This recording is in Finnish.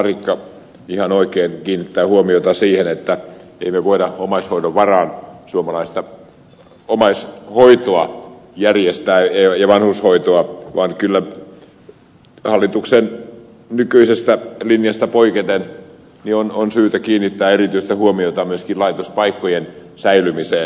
larikka ihan oikein kiinnittää huomiota siihen että emme me voi omaishoidon varaan suomalaista omaisten hoitoa ja vanhustenhoitoa järjestää vaan kyllä hallituksen nykyisestä linjasta poiketen on syytä kiinnittää erityistä huomiota myöskin laitospaikkojen säilymiseen